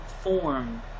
form